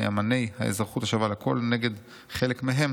נאמני האזרחות השווה לכול נגד חלק מהם,